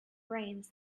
brains